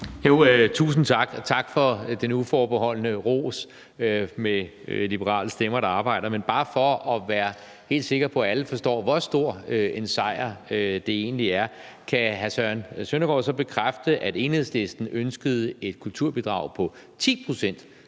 (V): Tusind tak. Tak for den uforbeholdne ros i forhold til liberale stemmer, der arbejder. Men bare for at være helt sikker på, at alle forstår, hvor stor en sejr det egentlig er, kan hr. Søren Søndergaard så bekræfte, at Enhedslisten ønskede et kulturbidrag på 10 pct.,